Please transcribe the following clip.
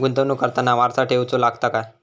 गुंतवणूक करताना वारसा ठेवचो लागता काय?